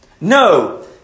No